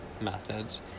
methods